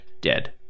Dead